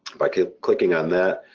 by clicking on that,